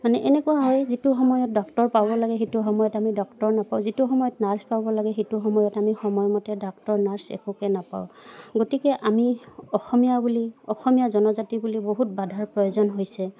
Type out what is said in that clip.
মানে এনেকুৱা হয় যিটো সময়ত ডক্তৰ পাব লাগে সেইটো সময়ত আমি ডক্তৰ নাপাওঁ যিটো সময়ত নাৰ্চ পাব লাগে সেইটো সময়ত আমি সময়মতে ডক্তৰ নাৰ্ছ একোকে নাপাওঁ গতিকে আমি অসমীয়া বুলি অসমীয়া জনজাতি বুলি বহুত বাধাৰ প্ৰয়োজন হৈছে